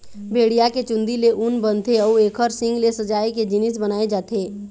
भेड़िया के चूंदी ले ऊन बनथे अउ एखर सींग ले सजाए के जिनिस बनाए जाथे